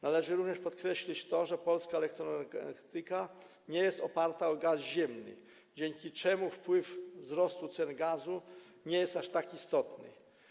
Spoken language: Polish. Należy również podkreślić to, że polska energetyka nie jest oparta na gazie ziemnym, dzięki czemu wpływ wzrostu cen gazu nie jest aż tak istotny.